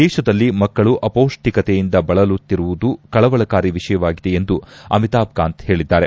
ದೇಶದಲ್ಲಿ ಮಕ್ಕಳು ಅಪೌಷ್ಲಿಕತೆಯಿಂದ ಬಳಲುತ್ತಿರುವುದು ಕಳವಳಕಾರಿ ವಿಷಯವಾಗಿದೆ ಎಂದು ಅಮಿತಾಬ್ ಕಾಂತ್ ಹೇಳಿದ್ದಾರೆ